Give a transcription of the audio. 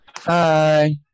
Hi